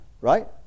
right